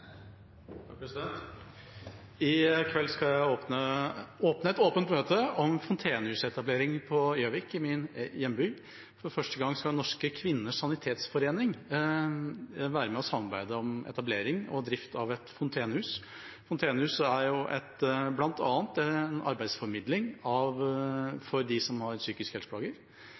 kveld skal jeg i et åpent møte om en fontenehusetablering på Gjøvik, i min hjemby. For første gang skal Norske Kvinners Sanitetsforening være med og samarbeide om etablering og drift av et fontenehus. Fontenehus er jo bl.a. en arbeidsformidling for dem som har